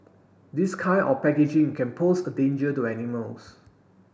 this kind of packaging can pose a danger to animals